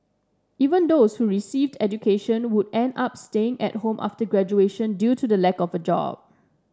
even those who received education would end up staying at home after graduation due to the lack of a job